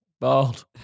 Bold